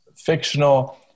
fictional